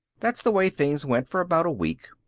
that's the way things went for about a week.